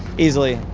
easily.